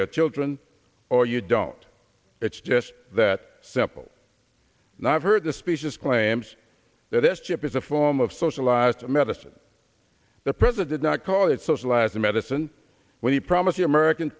their children or you don't it's just that simple and i've heard the specious claims that s chip is a form of socialized medicine the president not call it socialized medicine when he promised the american